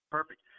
Perfect